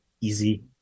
easy